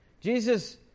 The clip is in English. Jesus